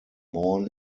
born